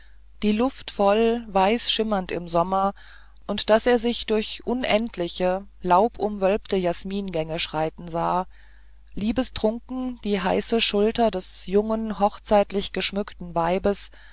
die luft voll weißschimmernd im sommer und daß er sich durch unendliche laubumwölbte jasmingänge schreiten sah liebestrunken die heiße schulter des jungen hochzeitlich geschmückten weibes